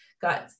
got